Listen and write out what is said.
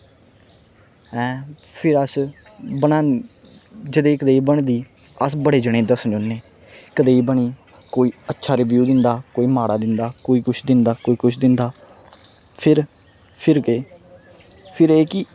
हैं फिर अस बनाने जनेही कदेही बनदी अस बड़े जनें गी दस्सने होन्ने कनेही बनी कोई अच्छा रिव्यू दिंदा कोई माड़ा दिंदा कोई कुछ दिंदा कोई कुछ दिंदा फिर फिर केह् फिर एह् कि